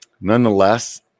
nonetheless